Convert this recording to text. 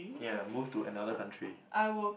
ya move to another country